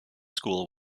school